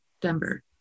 Denver